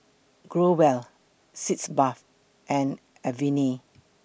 Growell Sitz Bath and Avene